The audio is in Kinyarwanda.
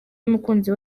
n’umukunzi